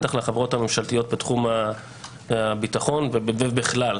בטח לחברות הממשלתיות בתחום הביטחון ובכלל,